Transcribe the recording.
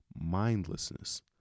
mindlessness